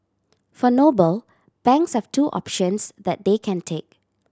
for Noble banks have two options that they can take